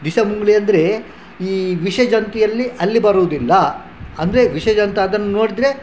ದಿಸಮುಂಗುಳಿ ಅಂದರೆ ಈ ವಿಷಜಂತಿಯಲ್ಲಿ ಅಲ್ಲಿ ಬರೋದಿಲ್ಲ ಅಂದರೆ ವಿಷಜಂತು ಅದನ್ನು ನೋಡಿದರೆ